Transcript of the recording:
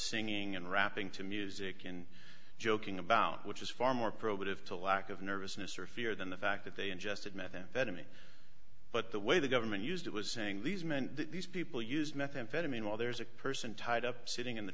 singing and rapping to music and joking about which is far more probative to a lack of nervousness or fear than the fact that they ingested methamphetamine but the way the government used it was saying these men these people use methamphetamine while there's a person tied up sitting in the